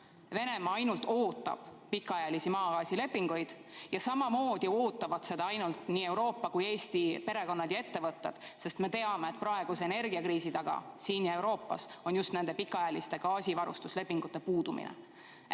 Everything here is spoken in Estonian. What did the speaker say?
Venemaa ainult ootab pikaajalisi maagaasilepinguid ja samamoodi ootavad seda nii Euroopa kui ka Eesti perekonnad ja ettevõtted. Me teame, et praeguse energiakriisi taga siin ja Euroopas on just nende pikaajaliste gaasivarustuslepingute puudumine.